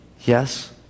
Yes